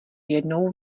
jednou